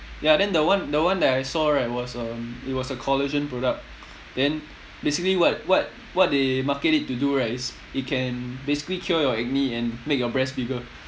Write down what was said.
ya then the one the one that I saw right was um it was a collagen product then basically what what what they market it to do right is it can basically cure your acne and make your breast bigger